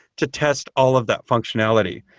to test all of that functionality.